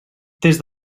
des